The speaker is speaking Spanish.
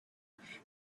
que